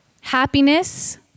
Happiness